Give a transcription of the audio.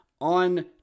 on